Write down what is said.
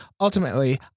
ultimately